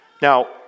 Now